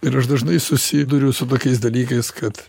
ir aš dažnai susiduriu su tokiais dalykais kad